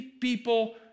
people